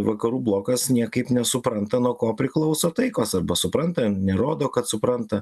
vakarų blokas niekaip nesupranta nuo ko priklauso taikos arba supranta nerodo kad supranta